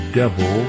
devil